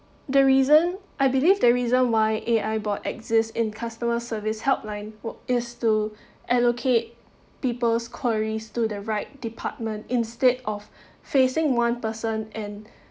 the reason I believe the reason why A_I bot exist in customer service helpline work is to allocate people's queries to the right department instead of facing one person and